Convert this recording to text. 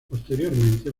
posteriormente